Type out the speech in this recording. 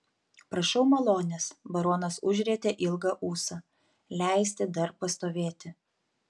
prašau malonės baronas užrietė ilgą ūsą leisti dar pastovėti